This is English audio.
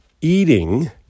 eating